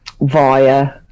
via